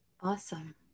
Awesome